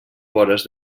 vores